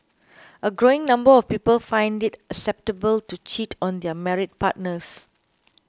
a growing number of people find it acceptable to cheat on their married partners